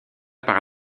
par